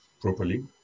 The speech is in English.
properly